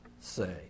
say